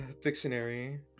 dictionary